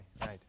Right